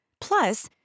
Plus